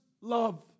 love